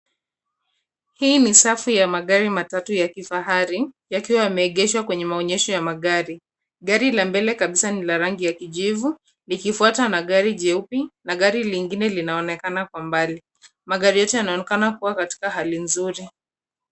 Hii ni safu ya magari matatu ya kifahari yakiwa yameegeshwa kwenye maonyesho ya magari. Gari la mbele kabisa ni la rangi ya kijivu likifuatwa na gari jeupe na gari lingine linaonekana kwa mbali. Magari yote yanaonekana kuwa Katika hali nzuri.